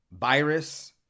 virus